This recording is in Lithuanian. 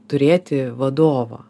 turėti vadovą